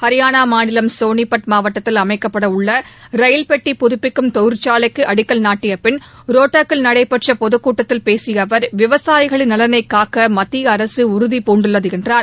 ஹரியானா மாநிலம் சோனிபட் மாவட்டத்தில் அமைக்கப்பட உள்ள ரயில் பெட்டி புதப்பிக்கும் தொழிற்சாலைக்கு அடிக்கல் நாட்டிய பின் ரோட்டக்கில் நடைபெற்ற பொதுக்கூட்டத்தில் பேசிய அவர் விவசாயிகளின் நலனை காக்க மத்திய அரசு உறுதிபூண்டுள்ளது என்றார்